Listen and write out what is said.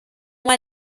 uma